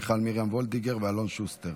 מיכל מרים וולדיגר ואלון שוסטר.